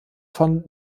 von